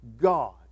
God